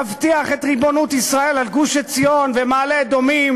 להבטיח את ריבונות ישראל על גוש-עציון ומעלה-אדומים.